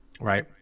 Right